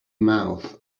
mouth